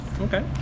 Okay